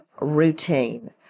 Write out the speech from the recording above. routine